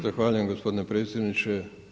Zahvaljujem gospodine predsjedniče.